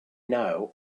know